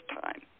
time